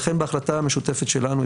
ולכן בהחלטה משותפת שלנו,